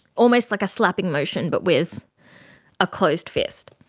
almost like a slapping motion but with a closed fist.